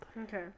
Okay